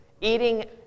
eating